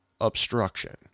obstruction